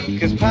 Cause